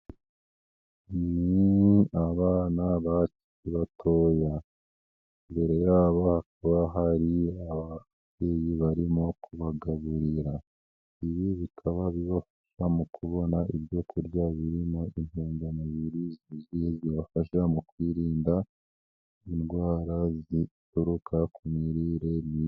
Ni abana bakiri batoya, imbere yabo hakaba hari ababyeyi barimo kubagaburira, ibi bikaba bibafasha mu kubona ibyo kurya birimo intungamubiri zuzuye, zibafasha mu kwirinda indwara zituruka ku mirire mibi.